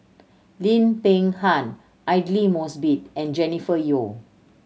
Lim Peng Han Aidli Mosbit and Jennifer Yeo